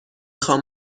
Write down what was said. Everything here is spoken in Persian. خوام